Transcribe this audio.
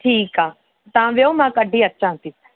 ठीकु आहे तव्हां विहो मां कढी अचांव थी